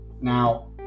Now